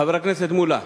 חבר הכנסת מולה,